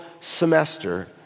semester